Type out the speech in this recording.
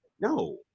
no